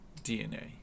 dna